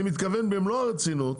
אני מתכוון במלוא הרצינות,